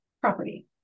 property